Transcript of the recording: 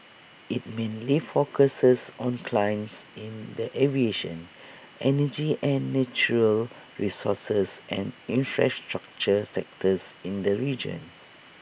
IT mainly focuses on clients in the aviation energy and natural resources and infrastructure sectors in the region